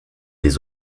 des